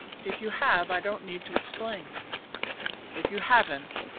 if you have, i don't need to explain if you haven't,